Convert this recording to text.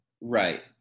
Right